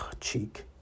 cheek